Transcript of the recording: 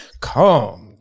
come